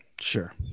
Sure